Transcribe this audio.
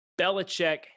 Belichick